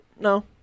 No